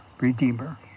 Redeemer